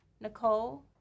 Nicole